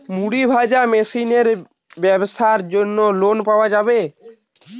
মুড়ি ভাজা মেশিনের ব্যাবসার জন্য লোন পাওয়া যাবে?